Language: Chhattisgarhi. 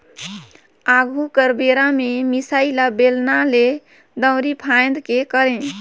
आघु कर बेरा में मिसाई ल बेलना ले, दंउरी फांएद के करे